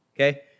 okay